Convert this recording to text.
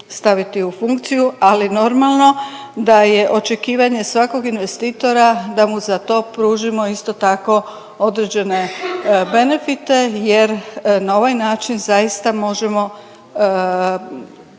staviti u funkciju ali normalno da je očekivanje svakog investitora da mu za to pružimo isto tako određene benefite jer na ovaj način zaista možemo